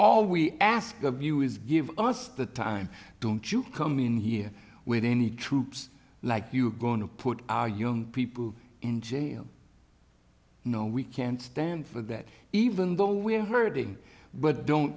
all we ask of you is give us the time don't you come in here with any troops like you are going to put our young people in jail no we can't stand for that even though we are hurting but don't